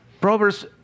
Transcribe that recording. Proverbs